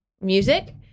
music